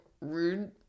rude